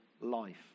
life